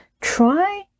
Try